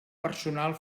personal